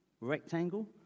Rectangle